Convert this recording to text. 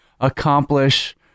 accomplish